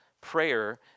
prayer